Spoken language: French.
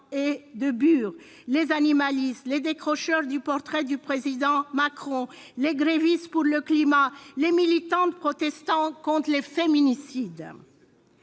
et de Bure, les animalistes, les décrocheurs du portrait du président Macron, les grévistes pour le climat, les militantes protestant contre les féminicides